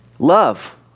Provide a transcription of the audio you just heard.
Love